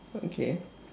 okay